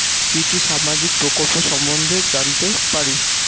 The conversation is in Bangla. কি কি সামাজিক প্রকল্প সম্বন্ধে জানাতে পারি?